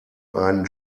einen